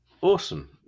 Awesome